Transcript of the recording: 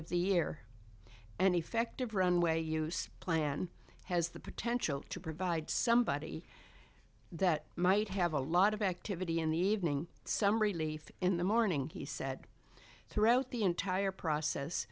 of the year an effective runway use plan has the potential to provide somebody that might have a lot of activity in the evening some relief in the morning he said throughout the entire process